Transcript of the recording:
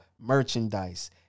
merchandise